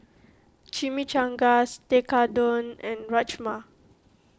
Chimichangas Tekkadon and Rajma